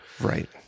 Right